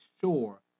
sure